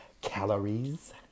calories